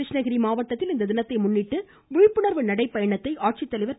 கிருஷ்ணகிரி மாவட்டத்தில் இத்தினத்தை முன்னிட்டு விழிப்புணர்வு நடை பயணத்தை ஆட்சித்தலைவர் திரு